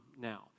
now